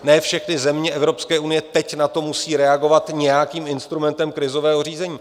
Ne všechny země Evropské unie teď na to musí reagovat nějakým instrumentem krizového řízení.